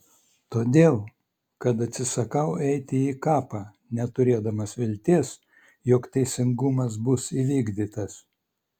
todėl kad atsisakau eiti į kapą neturėdamas vilties jog teisingumas bus įvykdytas